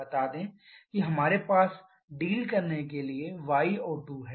बता दें कि हमारे पास डील करने के लिए y O2 है